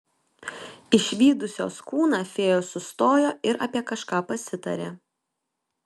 išvydusios kūną fėjos sustojo ir apie kažką pasitarė